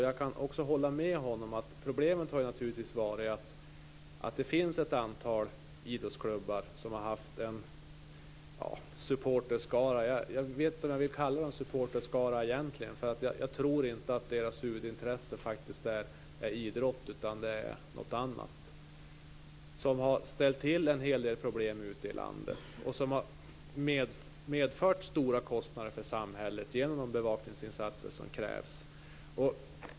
Jag kan också hålla med honom om att problemet har varit att det finns ett antal idrottsklubbar med en supporterskara - jag vet egentligen inte om jag vill kalla dem supporterskara, för jag tror att deras huvudintresse inte är idrott utan något annat - som har ställt till en hel del problem ute i landet och som har medfört stora kostnader för samhället genom de bevakningsinsatser som krävs.